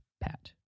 Pat